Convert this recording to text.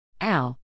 Al